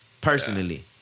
Personally